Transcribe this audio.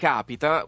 Capita